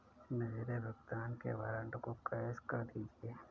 मेरे भुगतान के वारंट को कैश कर दीजिए